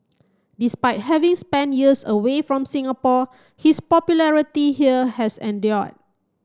despite having spent years away from Singapore his popularity here has endured